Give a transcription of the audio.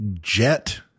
jet